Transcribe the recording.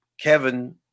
kevin